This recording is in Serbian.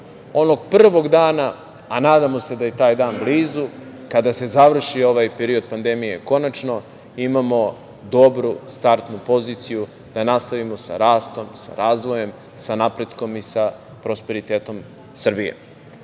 onog prvog dana, a nadamo se da je taj dan blizu, kada se završi ovaj period pandemije konačno, imamo dobru startnu poziciju da nastavimo sa rastom, sa razvojem, sa napretkom i sa prosperitetom Srbije.